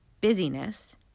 busyness